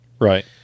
right